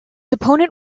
opponent